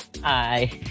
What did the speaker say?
Hi